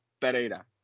Pereira